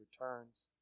returns